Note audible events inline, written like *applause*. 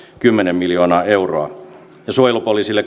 kymmenen miljoonaa euroa ja suojelupoliisille *unintelligible*